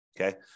okay